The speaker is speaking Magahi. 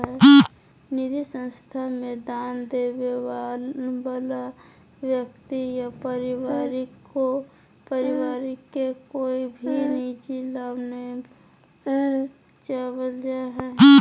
निधि संस्था मे दान देबे वला व्यक्ति या परिवार के कोय भी निजी लाभ नय पहुँचावल जा हय